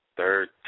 third